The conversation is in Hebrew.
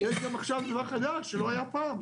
יש גם עכשיו דבר חדש שלא היה פעם.